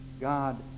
God